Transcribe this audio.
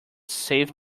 saved